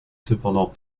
cependant